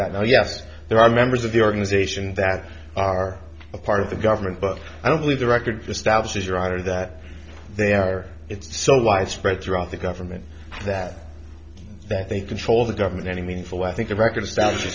that now yes there are members of the organization that are a part of the government but i don't believe the record establishes your honor that they are it's so widespread throughout the government that that they control the government any meaningful i think a record est